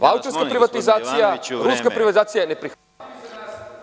Vaučerska privatizacija, ruska privatizacija je neprihvatljiva